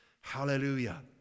Hallelujah